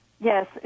Yes